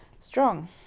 strong